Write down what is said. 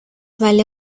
vale